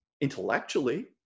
intellectually